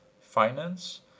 Finance